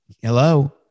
Hello